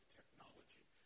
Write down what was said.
technology